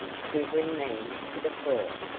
quivering man to the floor,